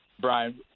Brian